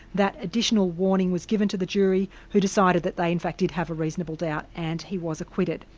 that additional warning was given to the jury, who decided that they in fact did have a reasonable doubt, and he was acquitted,